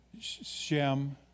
Shem